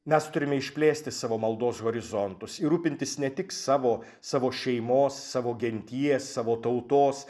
mes turime išplėsti savo maldos horizontus ir rūpintis ne tik savo savo šeimos savo genties savo tautos